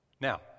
now